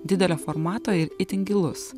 didelio formato ir itin gilus